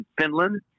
Finland